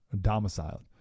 Domiciled